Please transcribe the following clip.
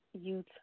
Youth